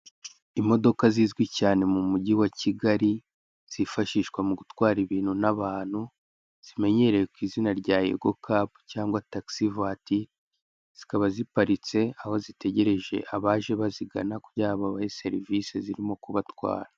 Imodoka zizwi cyane mu mujyi wa Kigali zifashishwa mu gutwara ibintu n'abantu zimenyerewe ku izina rya yego kabu cyangwa tagisi vuwatire, zikaba ziparitse aho zitegereje abaje bazigana kugira ngo babahe serivisi zirimo kubatwara.